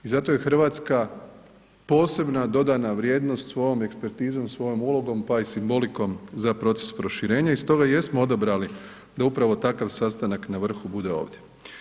I zato je Hrvatska posebna dodana vrijednost svojom ekspertizom, svojom ulogom pa i simbolikom za proces proširenja i stoga jesmo odabrali da upravo takav sastanak na vrhu bude ovdje.